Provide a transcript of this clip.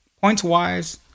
Points-wise